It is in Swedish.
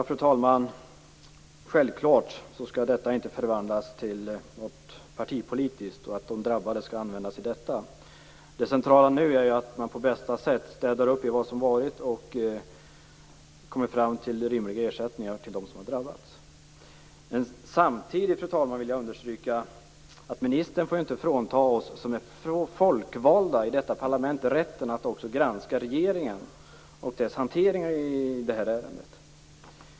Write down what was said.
Fru talman! Självklart skall detta inte förvandlas till en partipolitisk fråga, och självklart skall inte de drabbade användas i detta. Det centrala nu är att man på bästa sätt städar upp i det som har varit och kommer fram till rimliga ersättningar till dem som har drabbats. Fru talman! Samtidigt vill jag understryka att ministern inte får frånta oss folkvalda i detta parlament rätten att också granska regeringen och dess hantering av detta ärende.